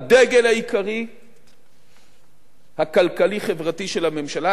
הדגל העיקרי הכלכלי-חברתי של הממשלה,